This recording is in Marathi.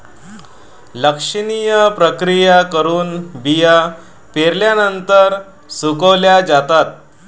लक्षणीय प्रक्रिया करून बिया पिकल्यानंतर सुकवल्या जातात